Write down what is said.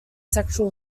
sexual